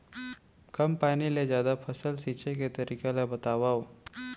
कम पानी ले जादा फसल सींचे के तरीका ला बतावव?